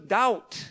doubt